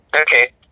Okay